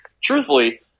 truthfully